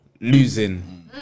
losing